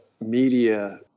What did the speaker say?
media